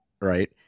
right